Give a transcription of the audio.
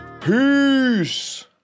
Peace